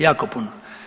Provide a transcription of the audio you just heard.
Jako puno.